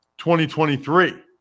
2023